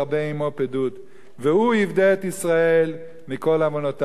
עמו פדות והוא יפדה את ישראל מכל עונתיו".